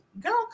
Girl